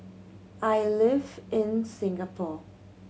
I live in Singapore